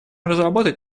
разработать